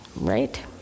Right